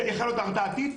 יכולת הרתעתית,